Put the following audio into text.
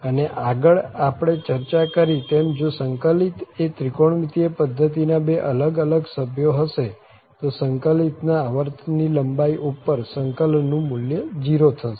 અને આગળ આપણે ચર્ચા કરી તેમ જો સંકલિત એ ત્રિકોણમિતિય પધ્ધતિના બે અલગ અલગ સભ્યો હશે તો સંકલિત ના આવર્ત ની લંબાઈ ઉપર સંકલનનું મુલ્ય 0 થશે